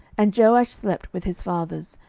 and jehoash slept with his fathers,